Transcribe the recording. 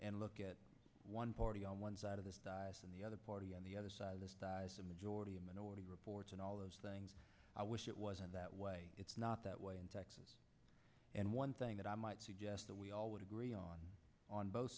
and look at one party on one side of the on the other party on the other side of the majority and minority reports and all those things i wish it wasn't that way it's not that way in texas and one thing that i might suggest that we all would agree on on both